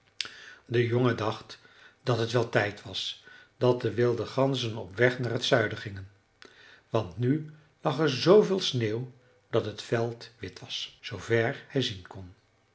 de jongen dacht dat het wel tijd was dat de wilde ganzen op weg naar t zuiden gingen want nu lag er zooveel sneeuw dat het veld wit was zoover hij zien kon